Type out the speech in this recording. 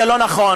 זה לא נכון.